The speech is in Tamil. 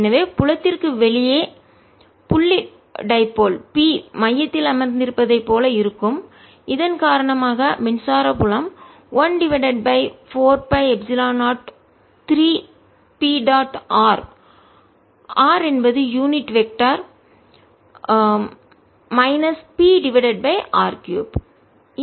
எனவே புலத்திற்கு வெளியேபுள்ளி டைபோல் P இருமுனை மையத்தில் அமர்ந்திருப்பதைப் போல இருக்கும் இதன் காரணமாக மின்சார புலம் 1 divided by 4 pi epsilon 0 3 P dot r r unit vector திசையன் minus P divided by r 3